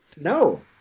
No